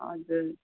हजुर